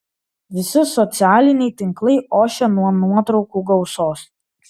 visi socialiniai tinklai ošia nuo nuotraukų gausos